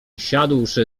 siadłszy